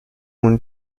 اون